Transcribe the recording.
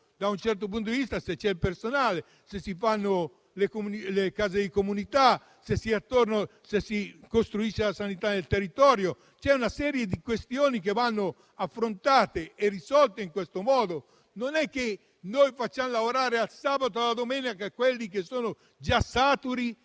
riducono se c'è il personale, se si fanno le case di comunità, se si costruisce la sanità del territorio. Vi è una serie di questioni che vanno affrontate e risolte in questo modo. Non serve far lavorare il sabato e la domenica quelli che sono già saturi